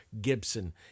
Gibson